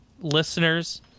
listeners